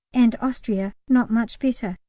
and austria not much better.